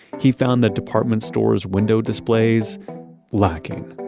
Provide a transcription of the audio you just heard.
he found the department stores window displays lacking,